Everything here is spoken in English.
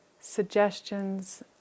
suggestions